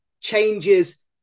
changes